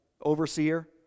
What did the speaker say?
overseer